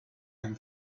and